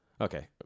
Okay